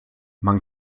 man